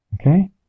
Okay